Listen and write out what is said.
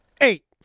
eight